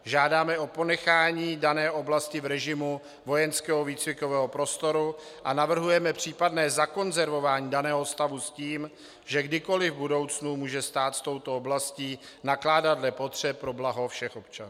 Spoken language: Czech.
Žádáme o ponechání dané oblasti v režimu vojenského výcvikového prostoru a navrhujeme případné zakonzervování daného stavu s tím, že kdykoli v budoucnu může stát s touto oblastí nakládat dle potřeb pro blaho všech občanů.